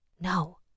No